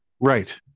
Right